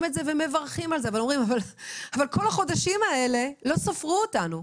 את זה ומברכים על זה ואומרים: אבל כל החודשים האלה לא ספרו אותנו,